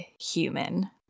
human